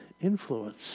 influence